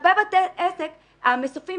בהרבה בתי עסק המסופים,